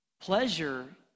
Pleasure